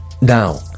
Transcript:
Now